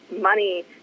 money